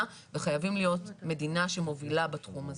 וחייבים להיות מדינה שמובילה בתחום הזה.